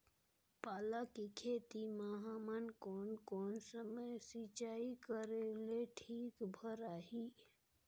पाला के खेती मां हमन कोन कोन समय सिंचाई करेले ठीक भराही?